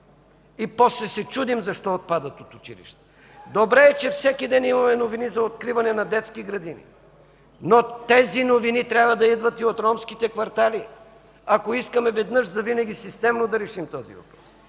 И после се чудим защо отпадат от училище. Добре е, че всеки ден имаме новини за откриване на детски градини, но тези новини трябва да идват и от ромските квартали, ако искаме веднъж завинаги системно да решим този въпрос.